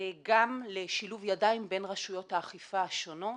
גם לשילוב ידיים בין רשויות האכיפה השונות.